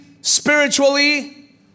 spiritually